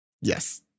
Yes